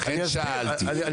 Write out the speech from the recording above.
לכן שאלתי.